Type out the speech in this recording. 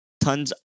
Tons